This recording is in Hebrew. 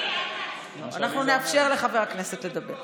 אנחנו נאפשר לחבר הכנסת לדבר.